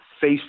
face